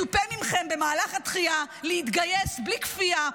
מצופה מכם במהלך הדחייה להתגייס בלי כפייה,